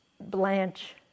Blanche